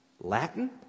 Latin